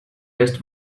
west